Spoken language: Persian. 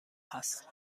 هست